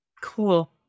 Cool